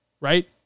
Right